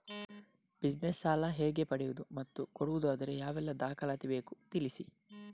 Business ಸಾಲ ಹೇಗೆ ಪಡೆಯುವುದು ಮತ್ತು ಕೊಡುವುದಾದರೆ ಯಾವೆಲ್ಲ ದಾಖಲಾತಿ ಬೇಕು ತಿಳಿಸಿ?